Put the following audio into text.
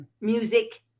music